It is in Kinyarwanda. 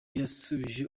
yasubije